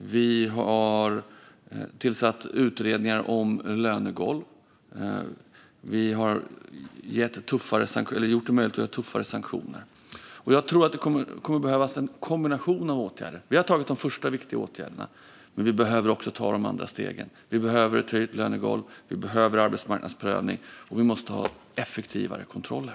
Vi har tillsatt utredningar om lönegolv. Vi har gjort det möjligt att ha tuffare sanktioner. Jag tror att det kommer att behövas en kombination av åtgärder. Vi har vidtagit de första, viktiga åtgärderna. Men vi behöver också ta de andra stegen. Vi behöver ett höjt lönegolv, vi behöver arbetsmarknadsprövning och vi måste ha effektivare kontroller.